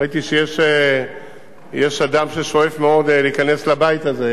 ראיתי שיש אדם ששואף מאוד להיכנס לבית הזה,